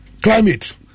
climate